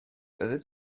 byddet